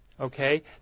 Okay